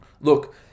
look